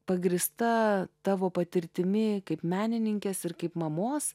pagrįsta tavo patirtimi kaip menininkės ir kaip mamos